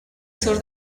sur